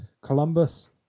Columbus